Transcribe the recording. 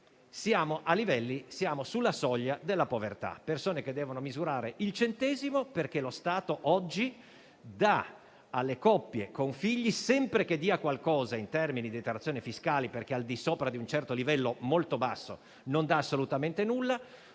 indispensabile), siamo sulla soglia della povertà: le persone devono misurare il centesimo, perché lo Stato oggi dà alle coppie con figli - sempre che dia qualcosa in termini di detrazioni fiscali, perché al di sopra di un certo livello, molto basso, non dà assolutamente nulla